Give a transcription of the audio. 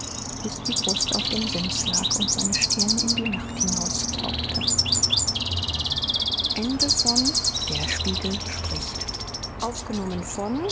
bis die brust auf dem sims lag und seine stirn in die nacht hinaus